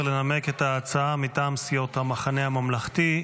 לנמק את ההצעה מטעם סיעות המחנה הממלכתי,